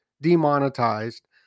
demonetized